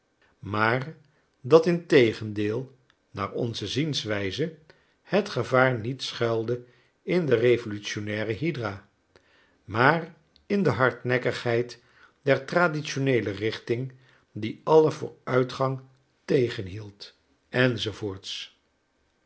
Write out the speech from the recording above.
maar dat in tegendeel naar onze zienswijze het gevaar niet schuilde in de revolutionaire hydra maar in de hardnekkigheid der traditioneele richting die alle vooruitgang tegenhield